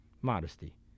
Modesty